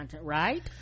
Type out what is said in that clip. right